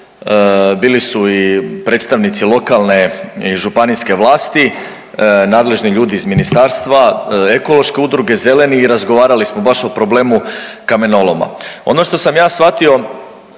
Bili su i predstavnici lokalne i županijske vlasti, nadležni ljudi iz ministarstva, ekološke udruge, zeleni i razgovarali smo baš o problemu kamenoloma. Ono što sam ja shvatio